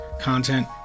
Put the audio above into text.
content